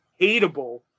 hateable